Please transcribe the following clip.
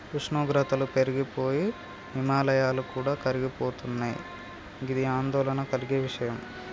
ఉష్ణోగ్రతలు పెరిగి పోయి హిమాయాలు కూడా కరిగిపోతున్నయి గిది ఆందోళన కలిగే విషయం